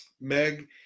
Meg